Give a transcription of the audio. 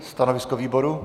Stanovisko výboru?